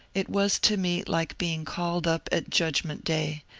it was to me like being called up at judgment day,